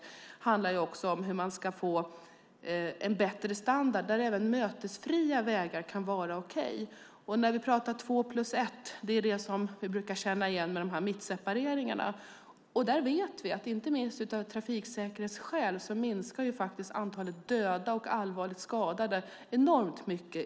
Det handlar också om hur man ska få en bättre standard, och här kan även mötesfria vägar vara okej. Med två-plus-ett-vägar, som man känner igen på mittsepareringarna, vet vi att antalet döda och allvarligt skadade minskar enormt mycket.